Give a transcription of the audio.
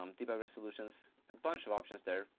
um deeper resolutions, a bunch of options there,